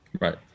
right